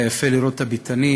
היה יפה לראות את הביתנים